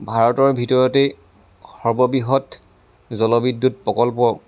ভাৰতৰ ভিতৰতেই সৰ্ববৃহৎ জলবিদ্যুৎ প্ৰকল্প